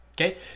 okay